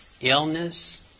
illness